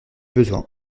besoin